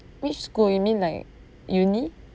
which school you mean like uni